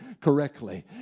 correctly